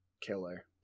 Killer